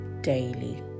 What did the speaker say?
daily